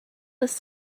was